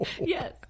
Yes